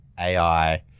AI